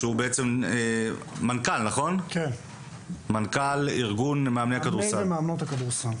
שהוא בעצם מנכ"ל ארגון מאמני ומאמנות הכדורסל.